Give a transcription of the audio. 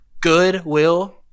Goodwill